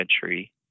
century